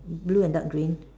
blue and dark green